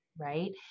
Right